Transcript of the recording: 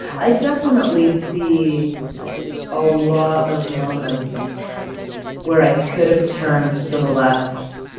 i definitely see a lot of moments where i could have turned to the left,